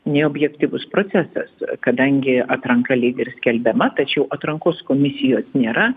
nei objektyvus procesas kadangi atranka lyg ir skelbiama tačiau atrankos komisijos nėra